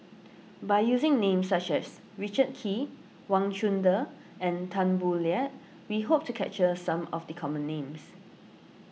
by using names such as Richard Kee Wang Chunde and Tan Boo Liat we hope to capture some of the common names